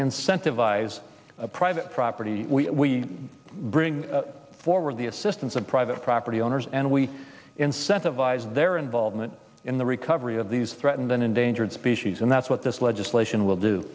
incentivize private property we bring forward the assistance of private property owners and we incentivize their involvement in the recovery of these threatened and endangered species and that's what this legislation